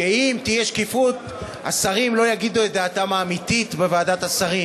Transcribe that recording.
שאם תהיה שקיפות השרים לא יגידו את דעתם האמיתית בוועדת השרים,